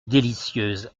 délicieuse